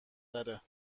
تره